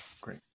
Great